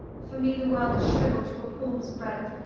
for me the world is shrivelled to a palm's breadth,